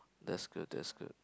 that's good that's good